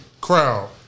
crowd